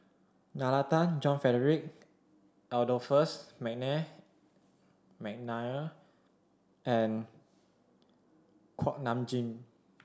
Nalla Tan John Frederick Adolphus McNair and Kuak Nam Jin